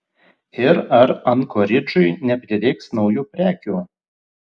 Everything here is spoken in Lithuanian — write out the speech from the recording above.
ir ar ankoridžui neprireiks naujų prekių